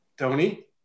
Tony